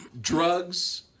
Drugs